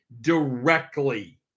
directly